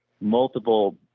multiple